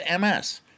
MS